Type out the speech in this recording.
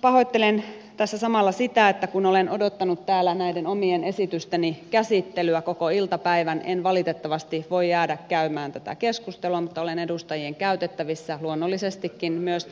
pahoittelen tässä samalla sitä että kun olen odottanut täällä näiden omien esitysteni käsittelyä koko iltapäivän en valitettavasti voi jäädä käymään tätä keskustelua mutta olen edustajien käytettävissä luonnollisestikin myös